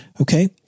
Okay